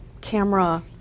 camera